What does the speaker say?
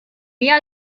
mehr